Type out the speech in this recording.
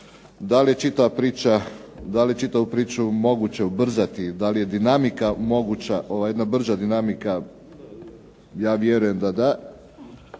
Da li čitavu priču moguće ubrzati, da li je dinamika moguća, jedna brža dinamika? Ja vjerujem da da.